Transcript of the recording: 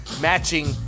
matching